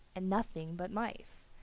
and nothing but mice.